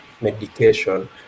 medication